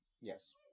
Yes